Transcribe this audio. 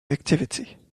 activity